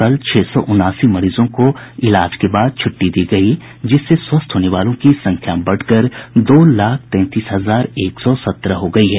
कल छह सौ उनासी मरीजों को इलाज के बाद छुट्टी दी गयी जिससे स्वस्थ होने वालों की संख्या बढ़कर दो लाख तैंतीस हजार एक सौ सत्रह हो गयी है